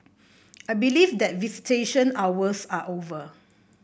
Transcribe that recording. I believe that visitation hours are over